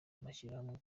amashyirahamwe